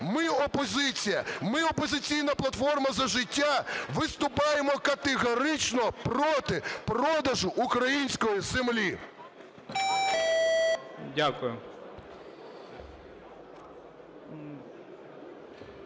Ми, опозиція, ми "Опозиційна платформа - За життя" виступаємо категорично проти продажу української землі!